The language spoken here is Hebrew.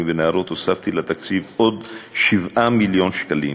ונערות הוספתי לתקציב עוד 7 מיליון שקלים,